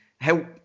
help